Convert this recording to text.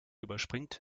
überspringt